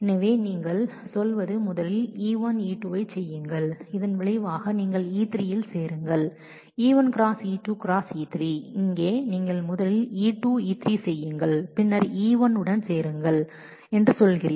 எனவே இங்கே நீங்கள் சொல்வது முதலில் நீங்கள் E1 E2 ஐ செய்யுங்கள் இதன் முடிவுகளுடன் நீங்கள் E3 ஐ சேருங்கள் இங்கே E1 ⋈ E2 ⋈ E3 என்பதில் நீங்கள் முதலில் E2 E3 செய்யுங்கள் பின்னர் நீங்கள் E1 உடன் சேருங்கள் என்று சொல்கிறீர்கள்